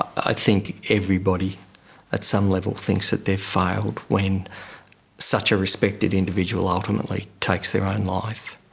i think everybody at some level thinks that they've failed when such a respected individual ultimately takes their own life.